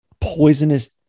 poisonous